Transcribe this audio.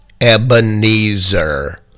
Ebenezer